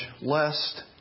lest